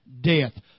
death